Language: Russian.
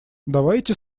давайте